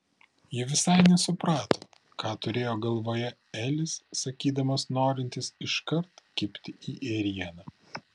ji visai nesuprato ką turėjo galvoje elis sakydamas norintis iškart kibti į ėrieną